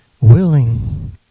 willing